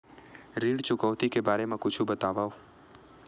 ऋण चुकौती के बारे मा कुछु बतावव?